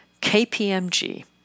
KPMG